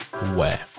aware